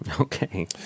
Okay